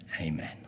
Amen